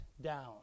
down